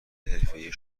حرفهای